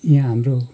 यहाँ हाम्रो